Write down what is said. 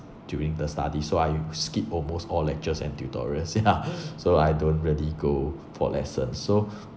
during the studies so I skip almost all lectures and tutorials ya so I don't really go for lessons so